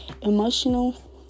emotional